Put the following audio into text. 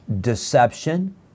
deception